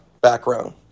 background